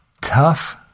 tough